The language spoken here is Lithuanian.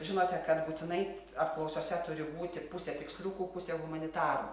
žinote kad būtinai apklausose turi būti pusė tiksliukų pusė humanitarų